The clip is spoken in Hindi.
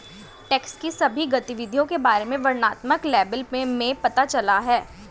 टैक्स की सभी गतिविधियों के बारे में वर्णनात्मक लेबल में पता चला है